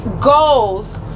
goals